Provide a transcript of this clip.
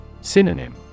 synonym